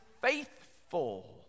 faithful